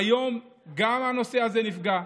היום גם הנושא הזה נפגע.